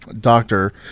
doctor